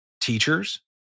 teachers